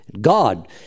God